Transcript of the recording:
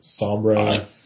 Sombra